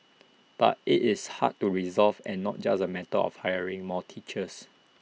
but IT is hard to resolve and not just A matter of hiring more teachers